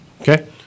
okay